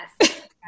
yes